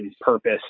purpose